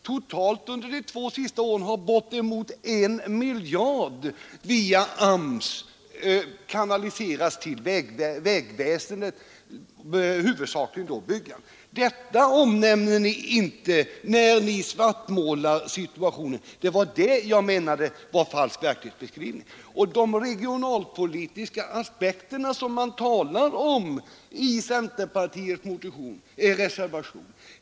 Totalt har under de två senaste åren bortemot en miljard kanaliserats till vägväsendet via AMS, huvudsakligen då till byggandet. Detta omnämner ni inte i er svartmålning av situationen, och det var det jag menade var en falsk verklighetsbeskrivning. I centerpartiets reservation talas om regionalpolitiska aspekter.